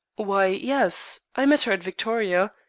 why, yes. i met her at victoria.